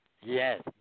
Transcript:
Yes